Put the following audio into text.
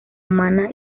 humana